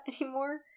anymore